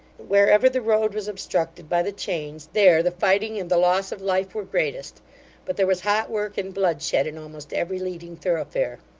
wherever the road was obstructed by the chains, there the fighting and the loss of life were greatest but there was hot work and bloodshed in almost every leading thoroughfare.